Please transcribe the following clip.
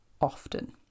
often